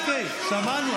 שמענו.